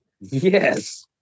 Yes